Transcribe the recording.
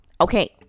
Okay